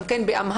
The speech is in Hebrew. גם כן באמהרית,